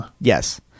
Yes